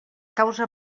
causa